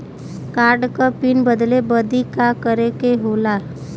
Card क PIN बदले बदी का करे के होला?